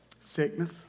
Sickness